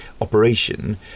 operation